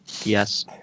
Yes